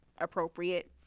appropriate